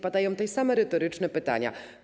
Padają tu same retoryczne pytania.